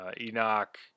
Enoch